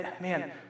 man